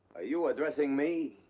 you addressing me?